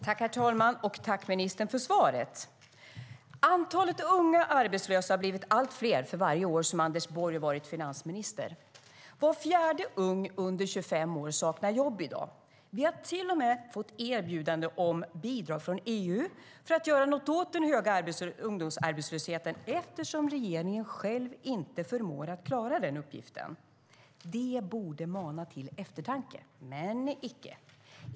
Herr talman! Tack, ministern, för svaret! Antalet unga arbetslösa har blivit allt större för varje år som Anders Borg varit finansminister. Var fjärde ung under 25 år saknar i dag jobb. Vi har till och med fått erbjudande om bidrag från EU för att göra något åt den höga ungdomsarbetslösheten eftersom regeringen inte förmår klara den uppgiften. Det borde mana till eftertanke, men icke.